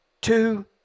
two